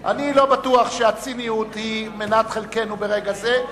אני לא בטוח שהציניות היא מנת חלקנו ברגע זה,